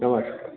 नमस्ते